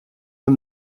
eux